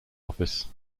office